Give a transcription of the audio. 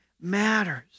matters